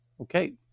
Okay